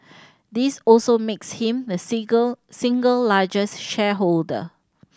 this also makes him the single largest shareholder